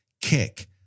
kick